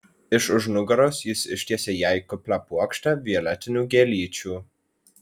iš už nugaros jis ištiesė jai kuplią puokštę violetinių gėlyčių